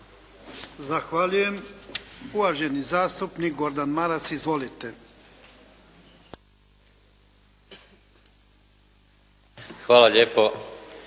Zahvaljujem. Uvaženi zastupnik Gordan Maras. Izvolite. **Maras,